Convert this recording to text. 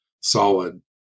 solid